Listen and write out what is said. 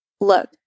Look